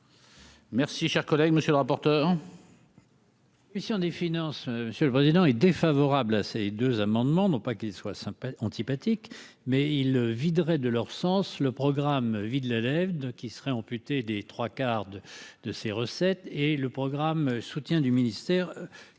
Merci, chers collègues, monsieur le rapporteur. Ici des finances monsieur le président, est défavorable à ces deux amendements non pas qu'il soit antipathique mais il viderait de leur sens le programme vide la qui serait amputé des trois-quarts de de ses recettes et le programme soutien du ministère